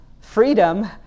freedom